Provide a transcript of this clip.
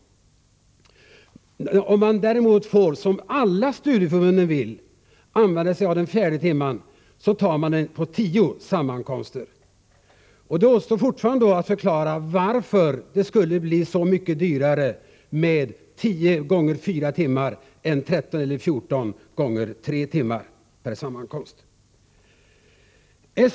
Om man däremot får, som alla studieförbund vill, använda sig av den fjärde timmen delar man upp kursen på tio sammankomster. Då står fortfarande att förklara varför det skulle bli så mycket dyrare med tio gånger fyra timmar än med tretton eller fjorton gånger tre timmar per sammankomst.